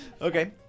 Okay